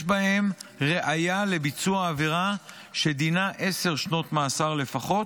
בהם ראיה לביצוע עבירה שדינה עשר שנות מאסר לפחות,